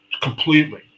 completely